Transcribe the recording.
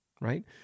right